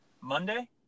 Monday